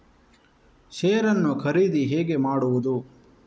Share ನ್ನು ಖರೀದಿ ಹೇಗೆ ಮಾಡುವುದು?